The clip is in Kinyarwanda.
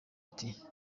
ati